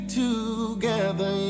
together